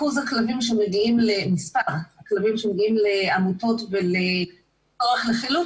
מספר הכלבים שמגיעים לעמותות ולצורך לחילוץ,